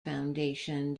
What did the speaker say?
foundation